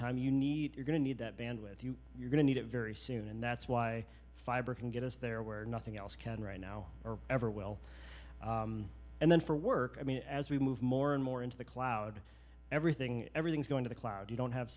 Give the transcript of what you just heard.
time you need you're going to need that band with you you're going to need it very soon and that's why fiber can get us there where nothing else can right now or ever will and then for work i mean as we move more and more into the cloud everything everything is going to the cloud you don't have